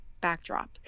backdrop